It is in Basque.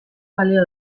balio